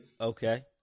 Okay